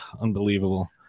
Unbelievable